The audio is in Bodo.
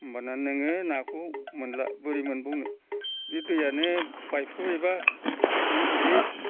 होमब्लाना नोङो नाखौ मोनला बोरै मोनबावनो बे दैयानो बायफ्रुबायब्ला नों बोरैहाय